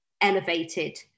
elevated